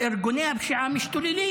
ארגוני הפשיעה משתוללים